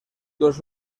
los